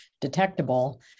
detectable